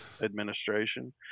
administration